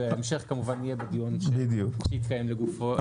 ההמשך יהיה בדיון שיתקיים לגופו של החוק.